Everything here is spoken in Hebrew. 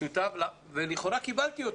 פשוטה ולכאורה קיבלתי אותה.